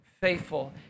faithful